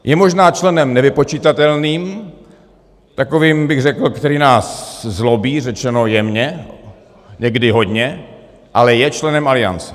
Je možná členem nevypočitatelným, takovým, bych řekl, který nás zlobí, řečeno jemně, někdy hodně, ale je členem Aliance.